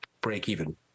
break-even